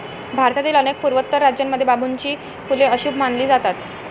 भारतातील अनेक पूर्वोत्तर राज्यांमध्ये बांबूची फुले अशुभ मानली जातात